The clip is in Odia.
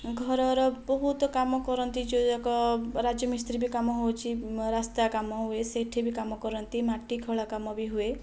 ଘରର ବହୁତ କାମ କରନ୍ତି ଯେଉଁଯାକ ରାଜମିସ୍ତ୍ରୀ ବି କାମ ହେଉଛି ରାସ୍ତା କାମ ହୁଏ ସେ'ଠି ବି କାମ କରନ୍ତି ମାଟି ଖୋଳା କାମ ବି ହୁଏ